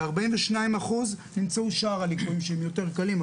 ב-42% נמצאו שאר הליקויים שהם יותר קלים,